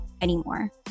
anymore